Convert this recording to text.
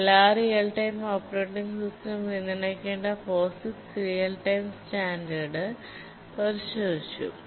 എല്ലാ real time operating സിസ്റ്റവും പിന്തുണയ്ക്കേണ്ട POSIX റിയൽ ടൈം സ്റ്റാൻഡേർഡ് പരിശോധിച്ചു